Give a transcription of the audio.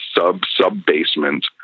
sub-sub-basement